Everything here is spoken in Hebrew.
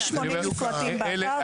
יש 80 מפרטים באתר,